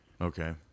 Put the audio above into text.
Okay